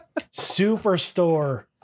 superstore